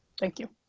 thank you.